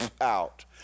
out